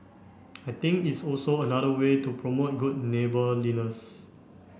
I think it's also another way to promote good neighbourliness